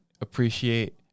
appreciate